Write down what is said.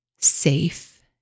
safe